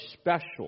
special